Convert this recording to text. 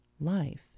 Life